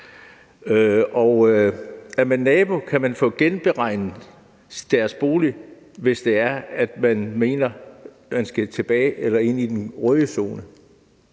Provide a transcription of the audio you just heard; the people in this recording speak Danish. Og er man nabo, kan man få genberegnet støjen i boligen, hvis man mener, at man skal tilbage til eller ind i den røde zone.